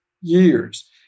years